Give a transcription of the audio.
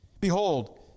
Behold